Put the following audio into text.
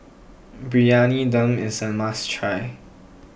Briyani Dum is a must try